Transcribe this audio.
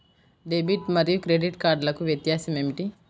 Debit మరియు credit కార్డ్లకు వ్యత్యాసమేమిటీ?